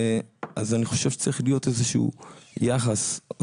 אז אני חושב שצריך להיות איזה שהוא יחס או